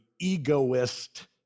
egoist